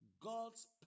God's